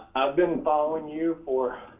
i've been following you for